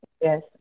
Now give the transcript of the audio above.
Yes